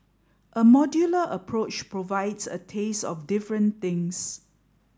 a modular approach provides a taste of different things